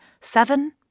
Seven